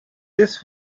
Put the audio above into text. this